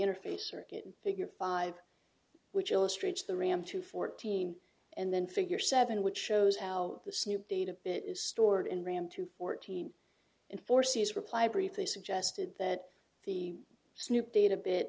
interface circuit figure five which illustrates the ram to fourteen and then figure seven which shows how the snoop data bit is stored in ram to fourteen in foresees reply brief they suggested that the snoop data bit